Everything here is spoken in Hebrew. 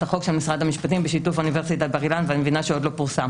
החוק של משרד המשפטים בשיתוף אוניברסיטת בר אילן ואני מבינה שטרם פורסם,